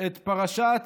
את פרשת